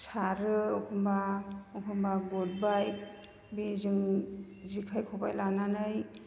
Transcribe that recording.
सारो एखनबा एखनबा गुरबाय बे जों जेखाइ खबाइ लानानै